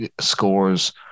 scores